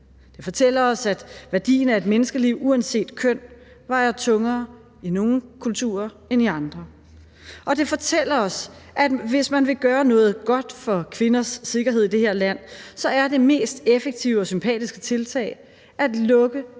Det fortæller os, at værdien af et menneskeliv uanset køn vejer tungere i nogle kulturer end i andre. Og det fortæller os, at hvis man vil gøre noget godt for kvinders sikkerhed i det her land, er det mest effektive og sympatiske tiltag at lukke